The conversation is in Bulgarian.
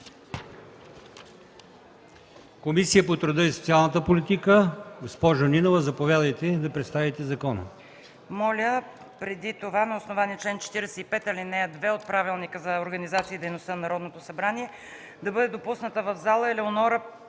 Комисията по труда и социалната политика. Госпожо Нинова, заповядайте да представите закона.